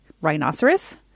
Rhinoceros